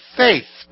faith